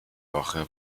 woche